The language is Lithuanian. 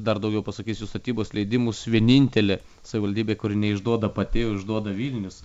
dar daugiau pasakysiu statybos leidimus vienintelė savivaldybė kuri neišduoda pati o išduoda vilnius